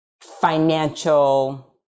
financial